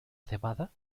cebada